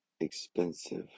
expensive